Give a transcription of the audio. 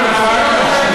כל שנה.